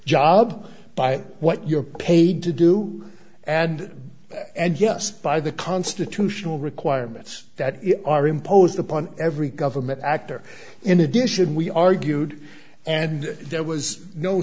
job by what you're paid to do and and yes by the constitutional requirements that are imposed upon every government actor in addition we argued and there was no